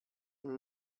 und